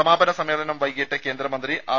സമാപന സമ്മേളനം വൈകിട്ട് കേന്ദ്ര മന്ത്രി ആർ